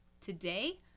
today